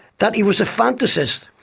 that he was a fantasist,